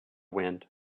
wind